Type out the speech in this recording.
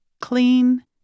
clean